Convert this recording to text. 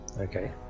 Okay